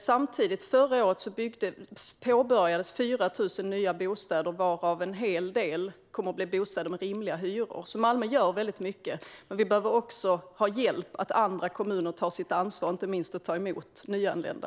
Samtidigt påbörjades byggandet av 4 000 nya bostäder, varav en hel del kommer att bli bostäder till rimliga hyror. Malmö gör alltså väldigt mycket. Men vi behöver få hjälp genom att andra kommuner tar sitt ansvar, inte minst när det gäller att ta emot nyanlända.